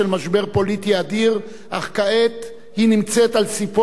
אך כעת היא נמצאת על ספו של שינוי מיטיב